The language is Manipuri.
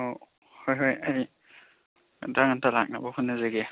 ꯑꯣ ꯍꯣꯏ ꯍꯣꯏ ꯑꯩ ꯉꯟꯇꯥ ꯉꯟꯇꯥ ꯂꯥꯛꯅꯕ ꯍꯣꯠꯅꯔꯒꯦ